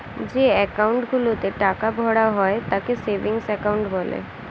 যে অ্যাকাউন্ট গুলোতে টাকা ভরা হয় তাকে সেভিংস অ্যাকাউন্ট বলে